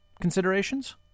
considerations